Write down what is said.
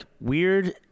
weird